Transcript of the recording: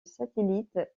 satellite